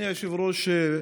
אדוני היושב-ראש,